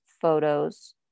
photos